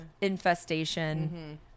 infestation